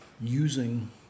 using